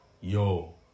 Yo